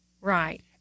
Right